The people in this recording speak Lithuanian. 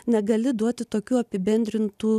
negali duoti tokių apibendrintų